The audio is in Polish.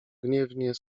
gniewnie